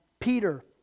Peter